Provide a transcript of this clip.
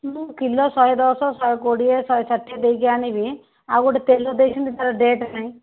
ମୁଁ କିଲୋ ଶହେ ଦଶ ଶହେ କୋଡ଼ିଏ ଶହେ ଷାଠିଏ ଦେଇକି ଆଣିବି ଆଉ ଗୋଟେ ତେଲ ଦେଇଛନ୍ତି ତା'ର ଡେଟ୍ ନାହିଁ